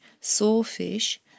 sawfish